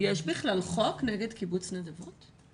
יש בכלל חוק נגד קיבוץ נדבות?